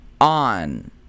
on